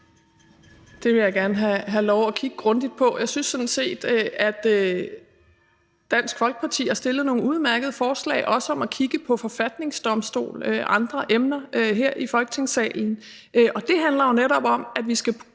Det vil jeg gerne have lov at kigge grundigt på. Jeg synes sådan set, at Dansk Folkeparti har fremsat nogle udmærkede forslag, også om at kigge på spørgsmålet om en forfatningsdomstol og andre emner her i Folketingssalen, og det handler jo netop om, at vi på